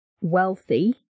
wealthy